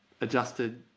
adjusted